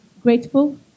grateful